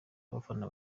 abafana